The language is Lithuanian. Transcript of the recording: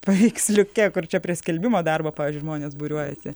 paveiksliuke kur čia prie skelbimo darbo pavyzdžiui žmonės būriuojasi